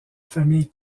famille